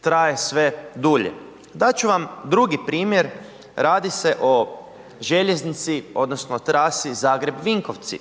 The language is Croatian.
traje sve dulje. Dat ću vam drugi primjer, radi se o željeznici odnosno trasi Zagreb-Vinkovci.